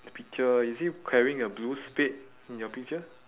the picture is he carrying a blue spade in your picture